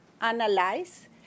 analyze